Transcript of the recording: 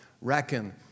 Reckon